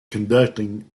conducting